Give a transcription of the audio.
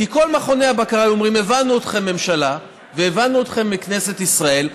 כי כל מכוני הבקרה היו אומרים: הבנו אתכם ממשלה והבנו אתכם כנסת ישראל,